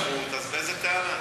הרי אם זה בסמכות, באיזו טענה?